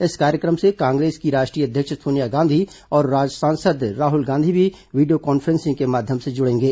इस कार्यक्रम से कांग्रेस की राष्ट्रीय अध्यक्ष सोनिया गांधी और सांसद राहुल गांधी भी वीडियो कॉन्फ्रेंसिंग के माध्यम से जुड़ेंगे